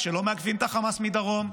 כשלא מעכבים את החמאס מדרום,